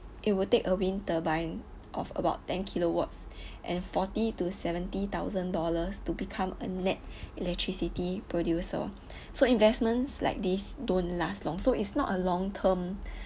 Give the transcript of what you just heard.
it will take a wind turbine of about ten kilowatts and forty to seventy thousand dollars to become a net electricity producer so investments like this don't last long so it's not a long-term